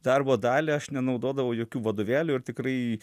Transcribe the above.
darbo dalį aš nenaudodavau jokių vadovėlių ir tikrai